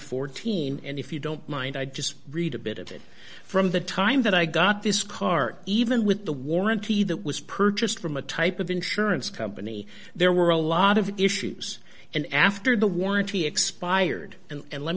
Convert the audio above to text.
fourteen and if you don't mind i just read a bit of it from the time that i got this car even with the warranty that was purchased from a type of insurance company there were a lot of issues and after the warranty expired and let